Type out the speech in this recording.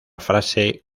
frase